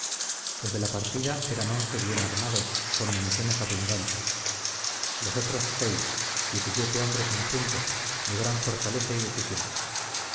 los de la partida eran once bien armados con municiones abundantes los otros seis diecisiete hombres en junto de gran fortaleza y decisión